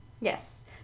Yes